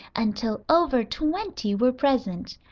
until over twenty were present.